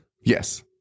Yes